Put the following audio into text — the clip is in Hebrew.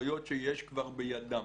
לסמכויות שיש כבר בידם.